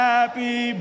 Happy